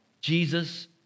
Jesus